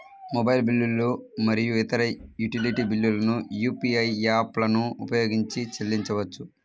mobile బిల్లులు మరియు ఇతర యుటిలిటీ బిల్లులను యూ.పీ.ఐ యాప్లను ఉపయోగించి చెల్లించవచ్చు